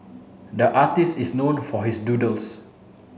the artist is known for his doodles